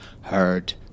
heard